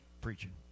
preaching